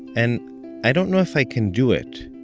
and i don't know if i can do it.